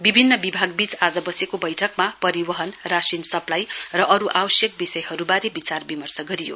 विभिन्न विभागबीच आज बसेको बैठकमा परिवहन राशिन सप्लाई र अरू आवश्यक विषयहरूबारे विचारविमर्श गरियो